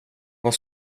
vad